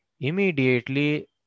immediately